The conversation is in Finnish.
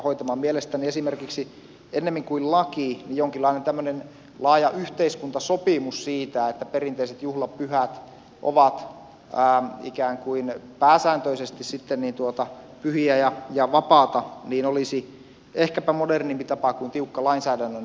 mielestäni esimerkiksi ennemmin kuin laki jonkinlainen tämmöinen laaja yhteiskuntasopimus siitä että perinteiset juhlapyhät ovat ikään kuin pääsääntöisesti pyhiä ja vapaata olisi ehkäpä modernimpi tapa kuin tiukka lainsäädännön säätely kaupan aukioloajoista